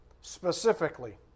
specifically